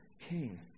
king